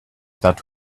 that